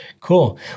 cool